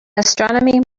astronomy